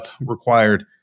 required